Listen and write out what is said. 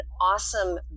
awesome